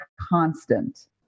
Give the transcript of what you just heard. constant